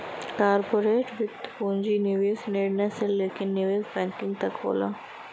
corporate वित्त पूंजी निवेश निर्णय से लेके निवेश बैंकिंग तक होला